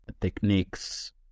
techniques